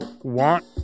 want